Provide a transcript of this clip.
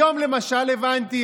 היום למשל הבנתי,